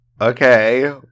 Okay